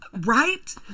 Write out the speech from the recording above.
Right